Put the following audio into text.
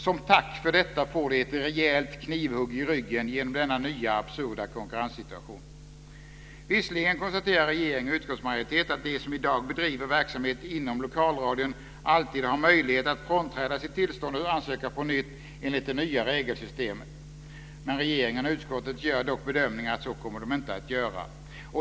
Som tack för detta får de ett rejält knivhugg i ryggen genom denna nya absurda konkurrenssituation. Visserligen konstaterar regeringen och utskottsmajoriteten att de som i dag bedriver verksamhet inom lokalradion alltid har möjlighet att frånträda sitt tillstånd och ansöka på nytt enligt det nya regelsystemet. Regeringen och utskottet gör dock bedömningen att så kommer de inte att göra.